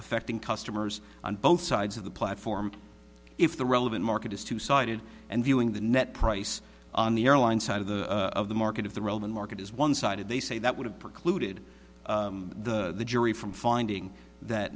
affecting customers on both sides of the platform if the relevant market is two sided and viewing the net price on the airline side of the of the market of the roman market is one sided they say that would have precluded the jury from finding that